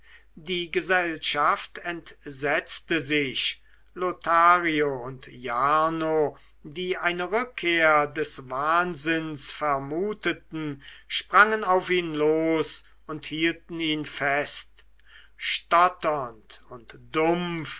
die gesellschaft entsetzte sich lothario und jarno die eine rückkehr des wahnsinns vermuteten sprangen auf ihn los und hielten ihn fest stotternd und dumpf